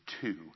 two